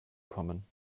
kommen